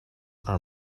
are